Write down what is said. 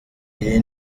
iri